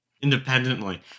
independently